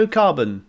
carbon